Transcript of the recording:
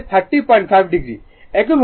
একইভাবে V3 r I